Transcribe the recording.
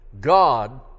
God